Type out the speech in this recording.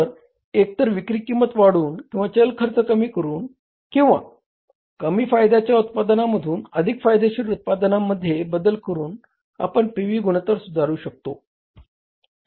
तर एकतर विक्री किंमत वाढवून किंवा चल खर्च कमी करून किंवा कमी फायद्याच्या उत्पादनांमधून अधिक फायदेशीर उत्पादनांमध्ये बदल करून आपण पी व्ही गुणोत्तर सुधारू शकतो